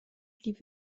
blieb